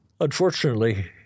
Unfortunately